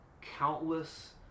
countless